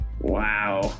Wow